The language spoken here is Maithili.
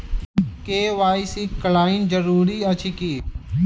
के.वाई.सी करानाइ जरूरी अछि की?